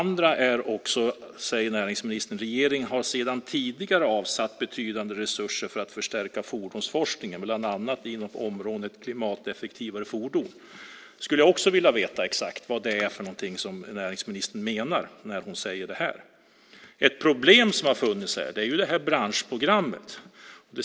Näringsministern säger också: "Regeringen har sedan tidigare avsatt betydande resurser för att förstärka fordonsforskningen bland annat inom området klimateffektivare fordon." Jag skulle vilja veta exakt vad det är som näringsministern menar när hon säger det. Ett problem som har funnits gäller detta branschprogram.